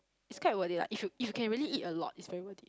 it's quite worth it lah if you if you can really eat a lot it's very worth it